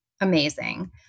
amazing